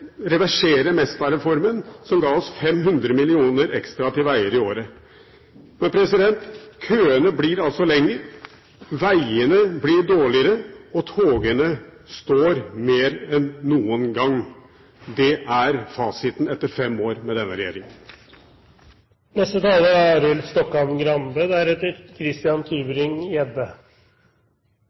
reversere nyttige reformer. De vil altså reversere Mesta-reformen, som ga oss 500 mill. ekstra til veger i året. Køene blir altså lengre, vegene blir dårligere og togene står mer enn noen gang. Det er fasiten etter fem år med denne